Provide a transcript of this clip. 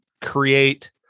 create